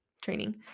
training